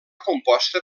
composta